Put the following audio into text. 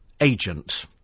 agent